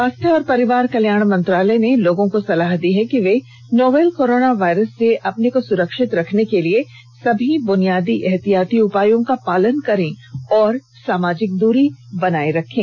स्वास्थ्य और परिवार कल्याण मंत्रालय ने लोगों को सलाह दी है कि वे नोवल कोरोना वायरस से अपने को सुरक्षित रखने के लिए सभी बुनियादी एहतियाती उपायों का पालन करें और सामाजिक दूरी बनाए रखें